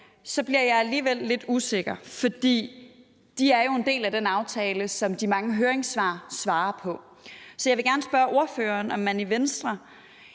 bliver jeg alligevel lidt usikker, fordi de jo er en del af den aftale, som de mange høringssvar svarer på. Så vil jeg gerne spørge ordføreren, om man i Venstre